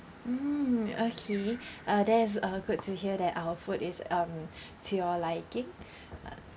mm okay uh that is uh good to hear that our food is um to your liking